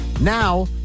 Now